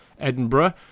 Edinburgh